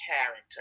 character